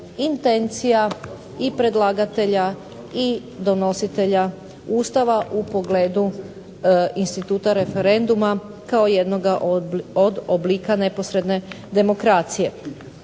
intencija i predlagatelja i donositelja Ustava u pogledu instituta referenduma kao jednoga od oblika neposredne demokracije.